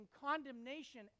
condemnation